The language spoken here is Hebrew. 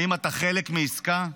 האם אתה חלק מעסקה?